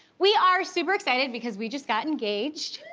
we are super excited, because we just got engaged.